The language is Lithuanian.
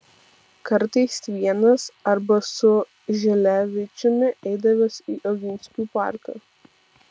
kartais vienas arba su žilevičiumi eidavęs į oginskių parką